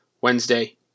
Wednesday